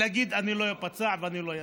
ולהגיד: אני לא איפצע ואני לא איעלב.